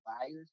buyers